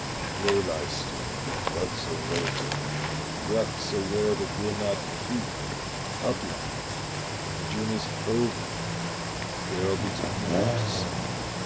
clay lies still, but blood's a rover breath's a ware that will not keep up, lad when the journey's over there'll be time enough to sleep.